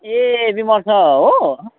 ए विमर्श हो